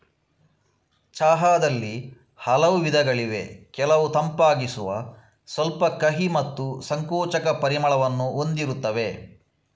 ಚಹಾದಲ್ಲಿ ಹಲವು ವಿಧಗಳಿವೆ ಕೆಲವು ತಂಪಾಗಿಸುವ, ಸ್ವಲ್ಪ ಕಹಿ ಮತ್ತು ಸಂಕೋಚಕ ಪರಿಮಳವನ್ನು ಹೊಂದಿರುತ್ತವೆ